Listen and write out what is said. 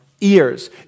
ears